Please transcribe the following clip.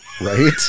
Right